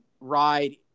ride